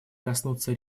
коснуться